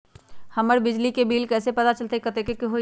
हमर बिजली के बिल कैसे पता चलतै की कतेइक के होई?